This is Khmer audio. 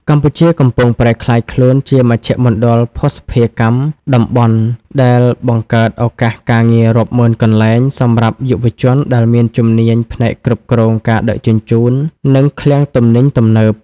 កម្ពុជាកំពុងប្រែក្លាយខ្លួនជាមជ្ឈមណ្ឌលភស្តុភារកម្មតំបន់ ដែលបង្កើតឱកាសការងាររាប់ម៉ឺនកន្លែងសម្រាប់យុវជនដែលមានជំនាញផ្នែកគ្រប់គ្រងការដឹកជញ្ជូន និងឃ្លាំងទំនិញទំនើប។